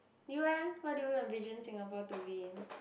you eh what do you envision Singapore to be